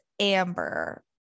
Amber